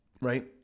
right